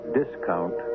discount